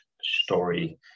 story